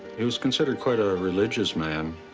he was considered quite a religious man.